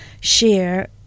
share